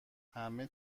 همه